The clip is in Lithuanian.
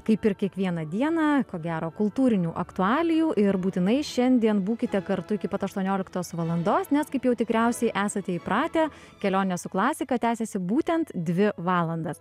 kaip ir kiekvieną dieną ko gero kultūrinių aktualijų ir būtinai šiandien būkite kartu iki pat aštuonioliktos valandos nes kaip jau tikriausiai esate įpratę kelionė su klasika tęsiasi būtent dvi valandas